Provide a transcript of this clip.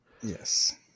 Yes